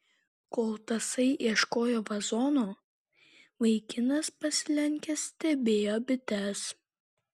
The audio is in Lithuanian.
kol tasai ieškojo vazono vaikinas pasilenkęs stebėjo bites